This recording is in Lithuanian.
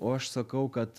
o aš sakau kad